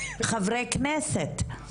חברי כנסת.